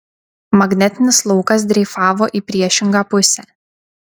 magnetinis laukas dreifavo į priešingą pusę